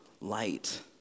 light